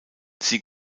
sie